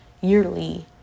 yearly